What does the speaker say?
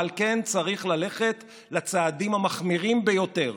ועל כן צריך ללכת לצעדים המחמירים ביותר,